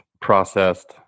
processed